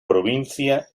provincia